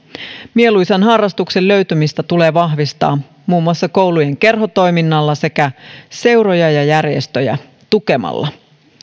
mieluisan harrastuksen löytymistä tulee vahvistaa muun muassa koulujen kerhotoiminnalla sekä seuroja ja järjestöjä tukemalla